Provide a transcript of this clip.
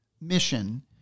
Mission